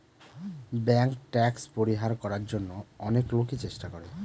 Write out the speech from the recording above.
bank tax পরিহার করার জন্য অনেক লোকই চেষ্টা করে